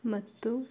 ಮತ್ತು